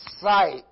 sight